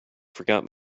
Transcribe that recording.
forgot